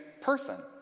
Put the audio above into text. person